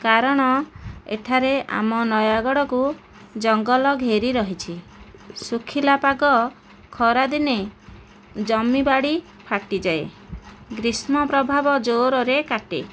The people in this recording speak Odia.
କାରଣ ଏଠାରେ ଆମ ନୟାଗଡ଼କୁ ଜଙ୍ଗଲ ଘେରି ରହିଛି ଶୁଖିଲା ପାଗ ଖରାଦିନେ ଜମି ବାଡ଼ି ଫାଟିଯାଏ ଗ୍ରୀଷ୍ମ ପ୍ରଭାବ ଜୋରରେ କାଟେ